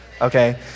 okay